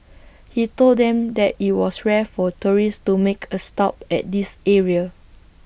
he told them that IT was rare for tourists to make A stop at this area